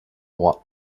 droit